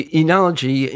analogy